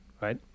Right